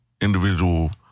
individual